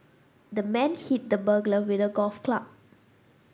the man hit the burglar with a golf club